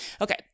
okay